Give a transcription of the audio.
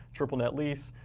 triple net lease,